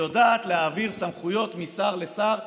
היא יודעת להעביר סמכויות משר לשר.